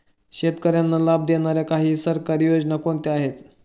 शेतकऱ्यांना लाभ देणाऱ्या काही सरकारी योजना कोणत्या आहेत?